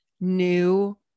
new